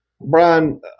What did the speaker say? Brian